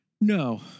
No